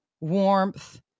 warmth